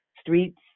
streets